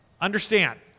Understand